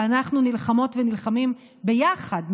ואנחנו נלחמות ונלחמים ביחד,